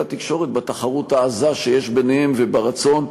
התקשורת בתחרות העזה שיש ביניהם וברצון,